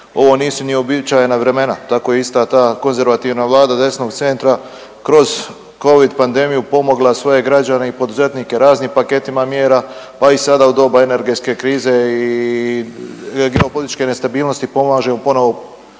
ovo nisu ni uobičajena vremena. Tako ista ta konzervativna Vlada desnog centra kroz covid pandemiju pomogla svoje građane i poduzetnike raznim paketima mjera, pa i sada u doba energetske krize i geopolitičke nestabilnosti pomažemo ponovo